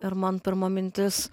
ir man pirma mintis